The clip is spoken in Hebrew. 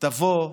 תבוא.